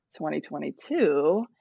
2022